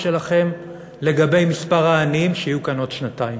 שלכם לגבי מספר העניים שיהיו כאן עוד שנתיים: